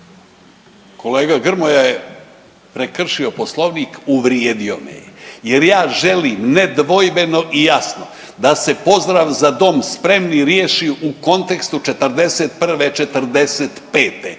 Kolega Grmoja je prekršio Poslovnik. Uvrijedio me je jer ja želim nedvojbeno i jasno da se pozdrav „Za dom spremni“ riješi u kontekstu '41.-'45.